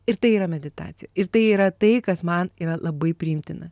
ir tai yra meditacija ir tai yra tai kas man yra labai priimtina